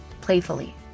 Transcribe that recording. playfully